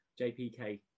jpk